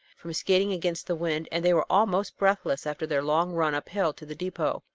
from skating against the wind, and they were almost breathless after their long run up-hill to the depot.